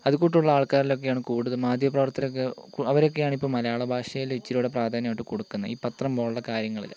അത് കൂട്ടുള്ള ആൾകാരിലൊക്കെയാണ് കൂടുതലും മാധ്യമ പ്രവർത്തകരൊക്കെ അവരൊക്കെയാണ് ഇപ്പോൾ മലയാള ഭാഷയിൽ ഇച്ചിരികൂടെ പ്രാധന്യമായിട്ട് കൊടുക്കുന്നത് ഈ പത്രം പോലുള്ള കാര്യങ്ങൾ